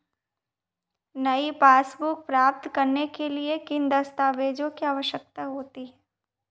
नई पासबुक प्राप्त करने के लिए किन दस्तावेज़ों की आवश्यकता होती है?